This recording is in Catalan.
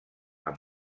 amb